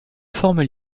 forme